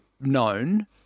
known